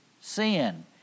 sin